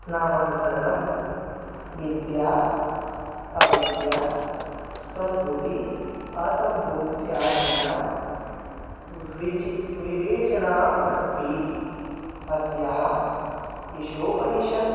नामान्तरणं विद्या अविद्या सम्भूतिः असम्भूत्यादीनां विच विवेचनम् अस्ति अस्याः ईशोपनिषत्